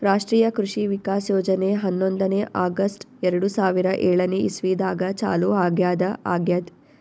ರಾಷ್ಟ್ರೀಯ ಕೃಷಿ ವಿಕಾಸ್ ಯೋಜನೆ ಹನ್ನೊಂದನೇ ಆಗಸ್ಟ್ ಎರಡು ಸಾವಿರಾ ಏಳನೆ ಇಸ್ವಿದಾಗ ಚಾಲೂ ಆಗ್ಯಾದ ಆಗ್ಯದ್